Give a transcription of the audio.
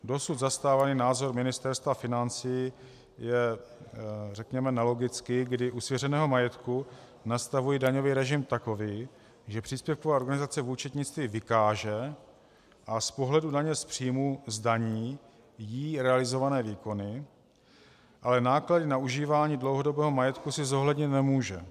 Dosud zastávaný názor Ministerstva financí je, řekněme, nelogický, kdy u svěřeného majetku nastavují daňový režim takový, že příspěvková organizace v účetnictví vykáže a z pohledu daně z příjmů zdaní jí realizované výkony, ale náklady na užívání dlouhodobého majetku si zohlednit nemůže.